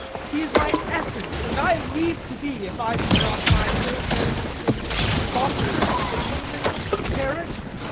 she is my essence, and i leave to be if i be not by her fair influence foster'd, illumin'd, cherish'd,